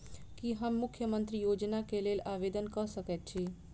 की हम मुख्यमंत्री योजना केँ लेल आवेदन कऽ सकैत छी?